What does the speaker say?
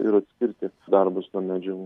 ir atskirti darbus nuo medžiagų